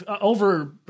over